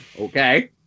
okay